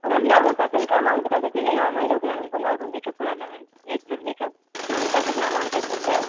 और ma'am normal person का amount बता सकती हो जो नॉर्मल लोग है उनको नॉर्मल मेकअप कराना है नेचुरल मेकअप तो उनका कितना अमाउंट लग सकता है